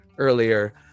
earlier